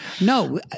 No